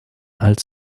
als